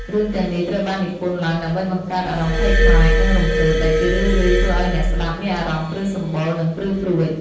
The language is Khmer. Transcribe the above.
រឿងទាំងនេះត្រូវបាននិពន្ធឡើងដើម្បីបង្កើតអារម្មណ៍ភ័យខ្លាច និងរំភើប ដែលជារឿយៗធ្វើឱ្យអ្នកស្ដាប់មានអារម្មណ៍ព្រឺសម្បុរ និងព្រឺព្រួច។